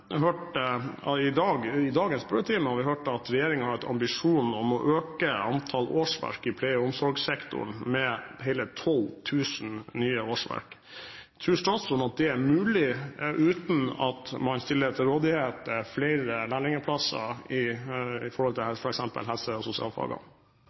har vi hørt at regjeringen har ambisjon om å øke antall årsverk i pleie- og omsorgssektoren med hele 12 000 nye årsverk. Tror statsråden at det er mulig uten at man stiller til rådighet flere lærlingplasser i forhold til